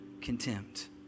contempt